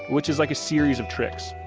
which is like a series of tricks.